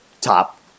top